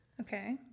Okay